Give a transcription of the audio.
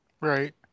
Right